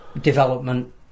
development